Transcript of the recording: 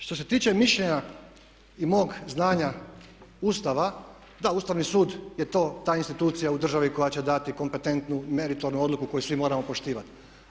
Što se tiče mišljenja i mog znanja Ustava, da, Ustavni sud je ta institucija u državi koja će dati kompetentnu meritornu odluku koju svi moramo poštivati.